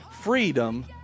freedom